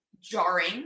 jarring